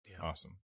Awesome